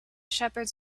shepherds